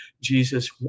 Jesus